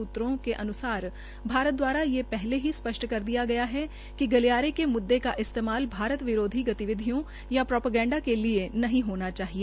सूत्रों के अन्सार भारत दवारा ये पहले ही स्पष्ट कर दिया गया कि गलियारे के मुददे का इस्तेमाल भारत विरोधी गतिविधियों या प्रोपेगंडा के लिये नहीं होना चाहिए